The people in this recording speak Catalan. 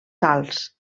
protegits